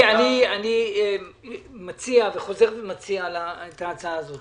אני מציע, וחוזר ומציע להצעה הזאת.